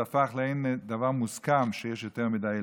זה הפך למעין דבר מוסכם שיש יותר מדי ילדים.